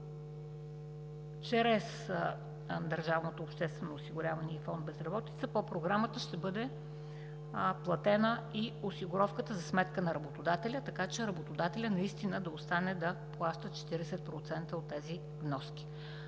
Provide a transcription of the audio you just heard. чрез държавното обществено осигуряване и фонд „Безработица“ по Програмата ще бъде платена и осигуровката за сметка на работодателя, така че наистина на работодателя да остане да плаща 40% от тези вноски.